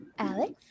Alex